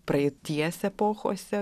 praeities epochose